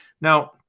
now